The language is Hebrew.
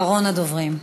אחרון הדוברים.